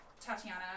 Tatiana